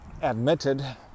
admitted